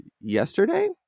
yesterday